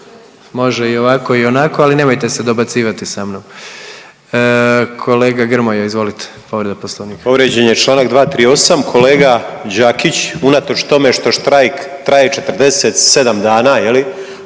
može i ovako i onako, ali nemojte se dobacivati sa mnom. Kolega Grmoja izvolite, povreda